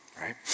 right